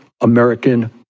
American